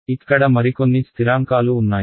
ఇక్కడ మరికొన్ని స్థిరాంకాలు ఉన్నాయి